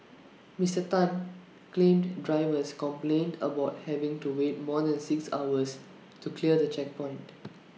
Mister Tan claimed drivers complained about having to wait more than six hours to clear the checkpoint